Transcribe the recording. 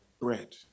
bread